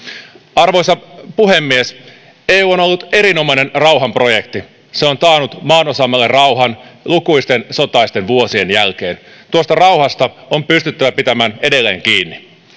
arvoisa puhemies eu on ollut erinomainen rauhanprojekti se on taannut maanosallemme rauhan lukuisten sotaisten vuosien jälkeen tuosta rauhasta on pystyttävä pitämään edelleen kiinni